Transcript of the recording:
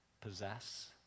possess